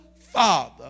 father